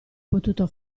potuto